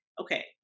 okay